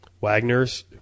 Wagner's